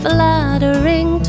Fluttering